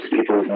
People